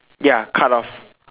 ya cut off